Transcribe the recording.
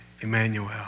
Emmanuel